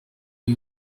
iyi